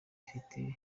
ifite